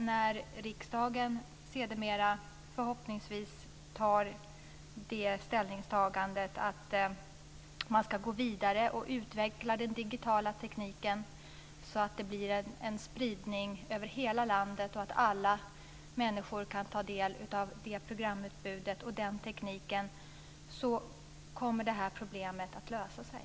När riksdagen sedermera förhoppningsvis gör ställningstagandet att gå vidare och utveckla den digitala tekniken, så att det blir en spridning över hela landet och alla människor kan ta del av det programutbudet och den tekniken, kommer det här problemet att lösa sig.